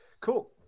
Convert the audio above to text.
Cool